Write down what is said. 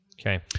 okay